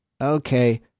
okay